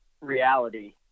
reality